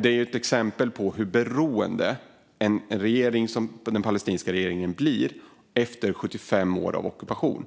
Det är ett exempel på hur beroende en regering som den palestinska blir efter 75 år av ockupation.